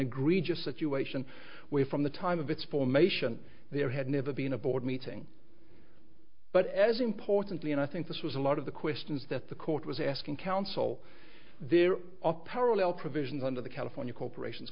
egregious situation where from the time of its formation there had never been a board meeting but as importantly and i think this was a lot of the questions that the court was asking counsel there are parallel provisions under the california corporations